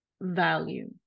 value